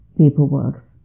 paperworks